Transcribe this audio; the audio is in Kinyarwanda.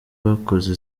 bakoze